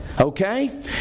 Okay